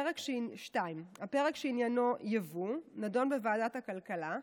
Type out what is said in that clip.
2. הפרק שעניינו יבוא נדון בוועדת הכלכלה,